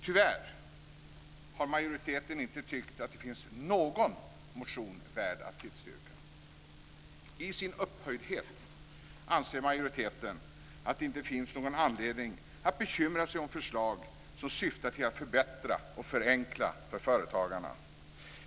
Tyvärr har majoriteten inte tyckt att det finns någon motion värd att tillstyrka. I sin upphöjdhet anser majoriteten att det inte finns någon anledning att bekymra sig om förslag som syftar till att förbättra och förenkla för företagarna.